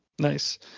Nice